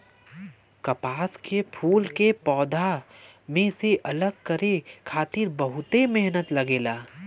कपास के फूल के पौधा में से अलग करे खातिर बहुते मेहनत लगेला